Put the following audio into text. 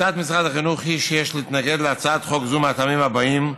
שיטת משרד החינוך היא שיש להתנגד להצעת חוק זו מהטעמים הבאים: